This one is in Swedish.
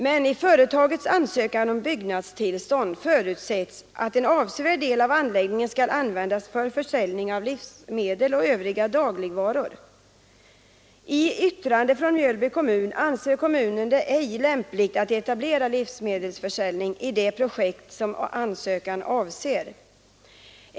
Men i företagets ansökan om byggnadstillstånd förutsätts att en avsevärd del av anläggningen skall användas för försäljning av livsmedel och övriga dagligvaror. I sitt yttrande har Mjölby kommun framhållit att man ej ansett det lämpligt att etablera livsmedelsförsäljning i det projekt som ansökan avser.